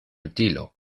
utilo